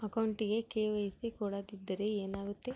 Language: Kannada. ಅಕೌಂಟಗೆ ಕೆ.ವೈ.ಸಿ ಕೊಡದಿದ್ದರೆ ಏನಾಗುತ್ತೆ?